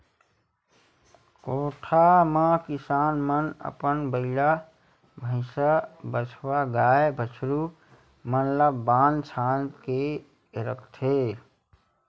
कोठा म किसान मन अपन बइला, भइसा, बछवा, गाय, बछरू मन ल बांध छांद के रखथे